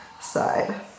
side